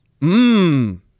Mmm